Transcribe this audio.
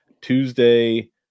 Tuesday